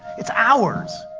it's ours.